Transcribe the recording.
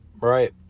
right